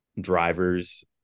drivers